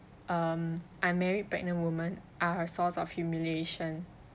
um unmarried pregnant women are a source of humiliation